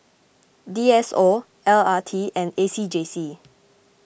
D S O L R T and A C J C